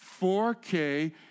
4K